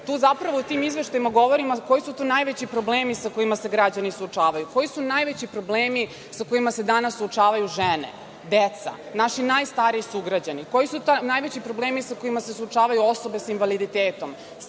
građanima. Zapravo u tim izveštajima govorimo koji su tu najveći problemi sa kojima se građani suočavaju, koji su najveći problemi sa kojima se danas suočavaju žene, deca, naši najstariji sugraćani, koji su najveći problemi sa kojima se suočavaju osobe sa invaliditetom.